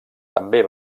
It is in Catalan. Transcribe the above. també